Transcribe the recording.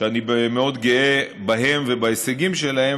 שאני מאוד גאה בהם ובהישגים שלהם,